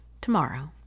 tomorrow